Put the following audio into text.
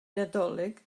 nadolig